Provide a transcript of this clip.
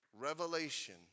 Revelation